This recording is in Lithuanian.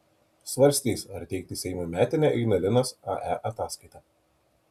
svarstys ar teikti seimui metinę ignalinos ae ataskaitą